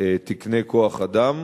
תקני כוח-אדם.